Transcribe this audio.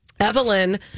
Evelyn